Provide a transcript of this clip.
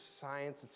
science